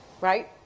Right